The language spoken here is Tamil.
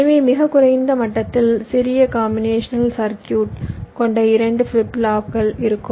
எனவே மிகக் குறைந்த மட்டத்தில் சிறிய காம்பினேஷனல் சர்க்யூட் கொண்ட இரண்டு ஃபிளிப் ஃப்ளாப்புகள் இருக்கும்